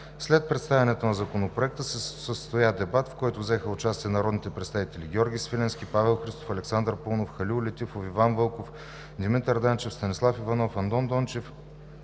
След представянето на Законопроекта се състоя дебат, в който взеха участие народните представители Георги Свиленски, Павел Христов, Александър Паунов, Халил Летифов, Иван Вълков, Димитър Данчев, Станислав Иванов, Андон Дончев